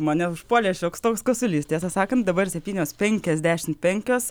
mane užpuolė šioks toks kosulys tiesą sakant dabar septynios penkiasdešimt penkios